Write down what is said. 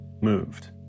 moved